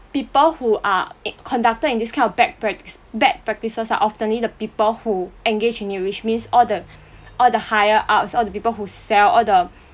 people who are i~ conducted in this kind of bad practice bad practices are oftenly the people who engage in it which means all the all the hire outs all the people who sell all the